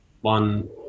one